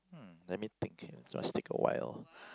hmm let me think just take a while